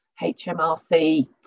HMRC